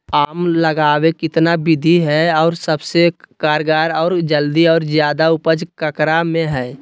आम लगावे कितना विधि है, और सबसे कारगर और जल्दी और ज्यादा उपज ककरा में है?